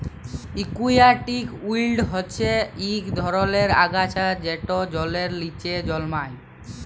aquatic weed হচ্যে ইক ধরলের আগাছা যেট জলের লিচে জলমাই